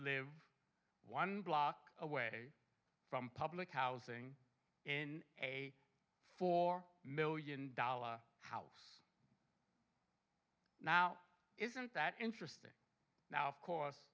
live one block away from public housing in a four million dollar house now isn't that interesting now of course